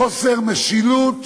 חוסר משילות